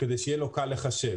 כדי שיהיה לו פשוט לחשב.